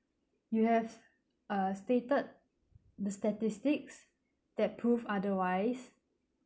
you have uh stated the statistics that prove otherwise